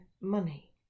money